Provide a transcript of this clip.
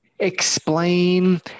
Explain